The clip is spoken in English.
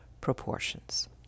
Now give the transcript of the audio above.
proportions